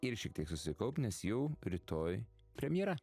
ir šiek tiek susikaupt nes jau rytoj premjera